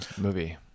movie